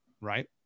Right